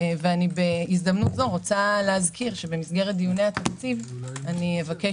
בהזדמנות זו אני רוצה להזכיר שבמסגרת דיוני התקציב אבקש